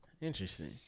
Interesting